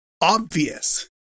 obvious